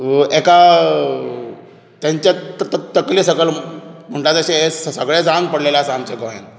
एका तेंच्या तकले सकयल म्हणटा तशें हें सगळें जावन पडलेले आसा आमच्या गोंयांत